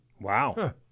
Wow